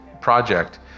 project